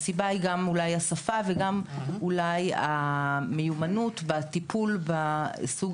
הסיבה היא אולי השפה ואולי גם המיומנות בטיפול בסוג